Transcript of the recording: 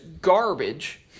garbage